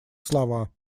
слова